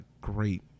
great